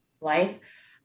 life